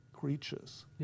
Creatures